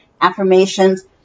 affirmations